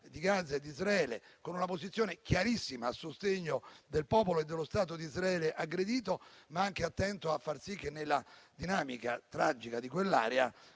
di Gaza ed Israele, con una posizione chiarissima a sostegno del popolo e dello Stato di Israele aggredito, ma anche attento a far sì che, nella dinamica tragica di quell'area,